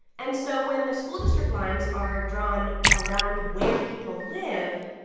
and so when the school district lines are drawn around where people live,